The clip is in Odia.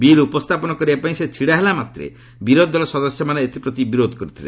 ବିଲ୍ ଉପସ୍ଥାପନ କରିବାପାଇଁ ସେ ଛିଡ଼ା ହେଲାମାତ୍ରେ ବିରୋଧ୍ ଦଳ ସଦସ୍ୟମାନେ ଏଥିପ୍ରତି ବିରୋଧ କରିଥିଲେ